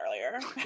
earlier